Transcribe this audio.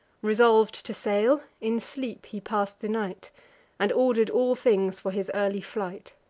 resolv'd to sail, in sleep he pass'd the night and order'd all things for his early flight.